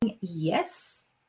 yes